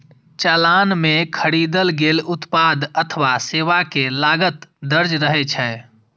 चालान मे खरीदल गेल उत्पाद अथवा सेवा के लागत दर्ज रहै छै